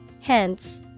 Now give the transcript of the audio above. hence